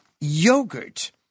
Yogurt